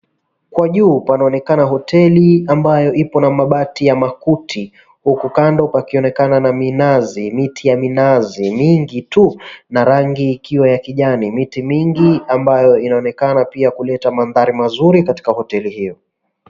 Kwa juu panaonekana hoteli ambayo ipo na mabati ya makuti, huku kando pakionekana na minazi, miti ya minazi mingi tu na rangi ikiwa ya kijani. Miti mingi ambayo inaonekana pia kuleta mandhari mazuri katika hoteli hio.